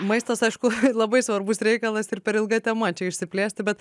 maistas aišku labai svarbus reikalas ir per ilga tema čia išsiplėsti bet